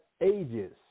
ages